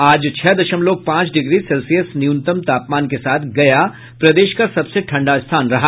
आज छह दशमलव पांच डिग्री सेल्सियस न्यूनतम तापमान के साथ गया प्रदेश का सबसे ठंडा स्थान रहा